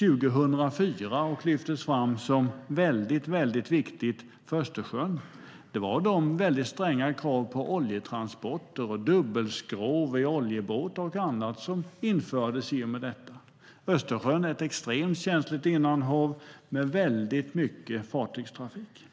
2004 och lyftes fram som väldigt viktigt för Östersjön var de stränga krav på oljetransporter, dubbelskrov i oljebåtar och annat som infördes i och med detta. Östersjön är ett extremt känsligt innanhav, med väldigt mycket fartygstrafik.